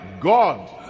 God